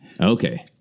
Okay